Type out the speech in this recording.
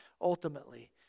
ultimately